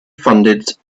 funded